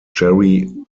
jerry